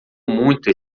muito